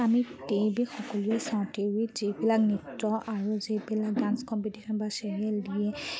আমি TV সকলোৱে চাওঁ টি ভিত যিবিলাক নৃত্য আৰু যিবিলাক ডান্স কম্পিটিশ্যন বা চিৰিয়েল দিয়ে